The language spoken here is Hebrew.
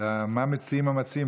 מה מציעים המציעים?